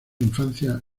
infancia